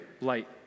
light